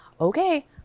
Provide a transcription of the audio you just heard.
okay